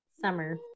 summer